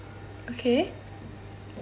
okay